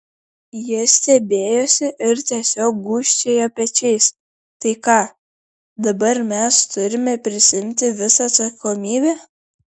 jie stebėjosi ir tiesiog gūžčiojo pečiais tai ką dabar mes turime prisiimti visą atsakomybę